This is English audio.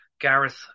Gareth